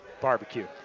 Barbecue